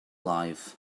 life